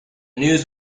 news